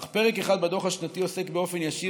אך רק פרק אחד בדוח השנתי עוסק ישירות